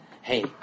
hey